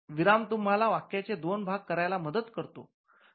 विराम तुम्हाला वाक्याचे दोन भाग करायला मदत करतो